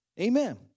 Amen